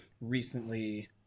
recently